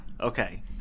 okay